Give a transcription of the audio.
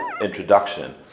introduction